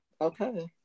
Okay